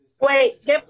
Wait